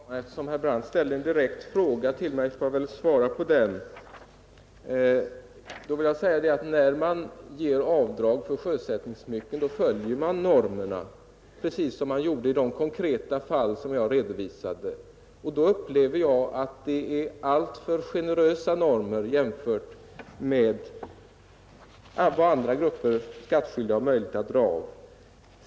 Herr talman! Eftersom herr Brandt ställde en direkt fråga till mig skall jag svara på den. När man gör avdrag för sjösättningssmycken följer man normerna, precis som man gjorde i de övriga konkreta fall som jag redovisade. Jag tycker därför att dessa normer är alltför generösa jämfört med vad andra grupper skattskyldiga har möjlighet att dra av.